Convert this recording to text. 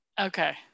Okay